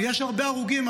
יש הרבה הרוגים,